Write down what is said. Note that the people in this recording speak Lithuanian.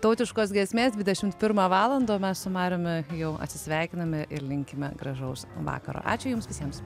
tautiškos giesmės dvidešimt pirmą valandą o mes su mariumi jau atsisveikiname ir linkime gražaus vakaro ačiū jums visiems